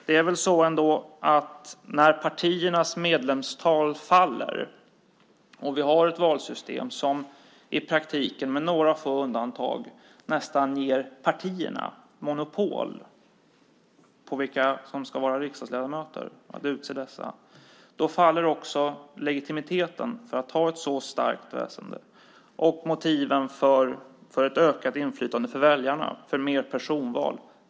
Det är nog så att när partiernas medlemstal faller och vi har ett valsystem som i praktiken, med några få undantag, ger partierna monopol på att utse vilka som ska vara riksdagsledamöter faller också legitimiteten för att ha ett så starkt system. Därmed ökar motivet för ett större inflytande för väljarna, det vill säga för mer personval.